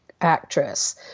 actress